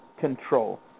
control